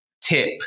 tip